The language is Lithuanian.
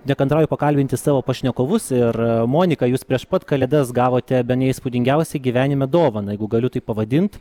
nekantrauju pakalbinti savo pašnekovus ir monika jūs prieš pat kalėdas gavote bene įspūdingiausią gyvenime dovaną jeigu galiu taip pavadint